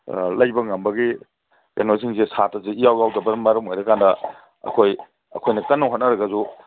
ꯂꯩꯕ ꯉꯝꯕꯒꯤ ꯀꯩꯅꯣꯁꯤꯡꯁꯦ ꯁꯥꯠꯇ꯭ꯔꯁꯦ ꯏꯌꯥꯎ ꯌꯥꯎꯗꯕꯅ ꯃꯔꯝ ꯑꯣꯏꯔꯀꯥꯟꯗ ꯑꯩꯈꯣꯏ ꯑꯩꯈꯣꯏꯅ ꯀꯟꯅ ꯍꯣꯠꯅꯔꯒꯁꯨ